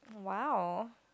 !wow!